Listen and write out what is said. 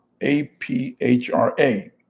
A-P-H-R-A